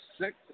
six